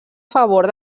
favor